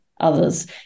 others